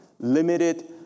limited